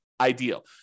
ideal